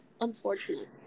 Unfortunate